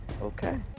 Okay